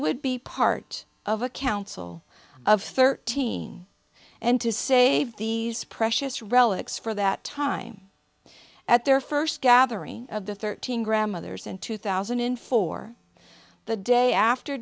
would be part of a council of thirteen and to save these precious relics for that time at their first gathering of the thirteen grandmothers in two thousand and four the day after